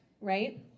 right